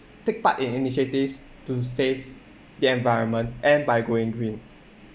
take part in initiatives to save the environment and by going green